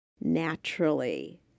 naturally